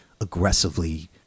aggressively